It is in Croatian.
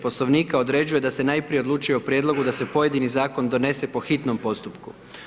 Poslovnika određuje da se najprije odlučuje o prijedlogu da se pojedini zakon donese po hitnom postupku.